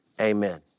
Amen